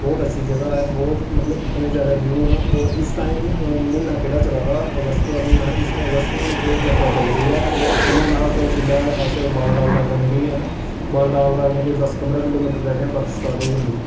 बोह्त अच्छी जगह ऐ बोह्त मतलब इन्ने ज्यादा वियू न होर इस टाइम म्हीना केह्ड़ा चला दा अगस्त दा म्हीना ऐ इस अगस्त म्हीने च ओह् यात्रा चलदी ऐ होर अमरनाथ दे जेल्लै अस बालटाल दे अग्गै निकलने आं बालटाल दा अग्गैं कोई दस पदरां किलोमीटर दे अग्गें बर्फ स्टार्ट होई जंदी